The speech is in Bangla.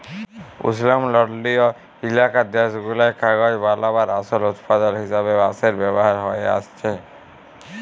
উস্লমলডলিয় ইলাকার দ্যাশগুলায় কাগজ বালাবার আসল উৎপাদল হিসাবে বাঁশের ব্যাভার হঁয়ে আইসছে